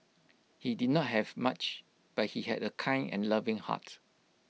he did not have much but he had A kind and loving heart